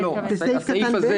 התקנה כאן